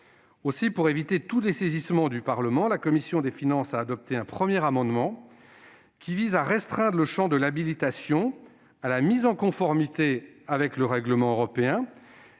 Aussi, pour éviter tout dessaisissement du Parlement, la commission des finances a adopté un premier amendement visant à restreindre le champ de l'habilitation à la mise en conformité avec le règlement européen